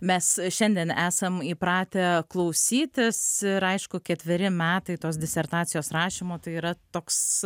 mes šiandien esam įpratę klausytis ir aišku ketveri metai tos disertacijos rašymo tai yra toks